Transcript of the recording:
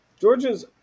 Georgia's